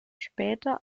später